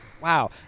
Wow